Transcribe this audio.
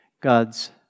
God's